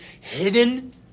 hidden